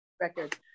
record